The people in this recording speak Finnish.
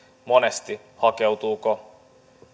monesti hakeutuvatko